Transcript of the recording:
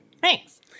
Thanks